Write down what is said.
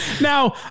Now